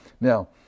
Now